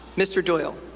mr. doyle?